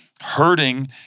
hurting